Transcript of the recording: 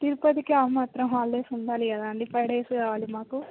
తిరుపతికి ఆ మాత్రం హాలిడేస్ ఉండాలి కదా అండి ఫైవ్ డేస్ కావాలి మాకు